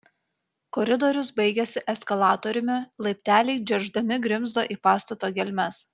koridorius baigėsi eskalatoriumi laipteliai džergždami grimzdo į pastato gelmes